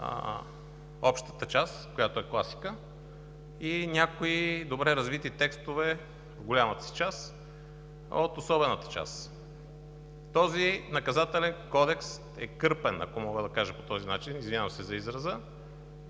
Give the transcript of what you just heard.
общата част, която е класика, и някои добре развити текстове в голямата си част от особената част. Този Наказателен кодекс е кърпен, ако мога да кажа по този начин, извинявам се за израза,